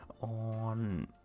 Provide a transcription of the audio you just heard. on